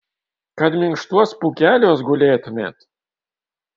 kad minkštuos pūkeliuos gulėtumėt